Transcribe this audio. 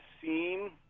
seem